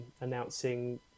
announcing